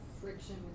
Friction